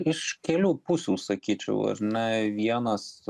iš kelių pusių sakyčiau ar ne vienas